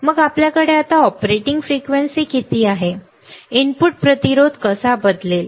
मग आपल्याकडे आता ऑपरेटिंग फ्रिक्वेन्सी किती आहे इनपुट प्रतिरोध कसा बदलेल